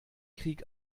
krieg